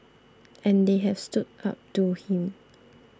and they have stood up to him